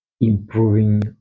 improving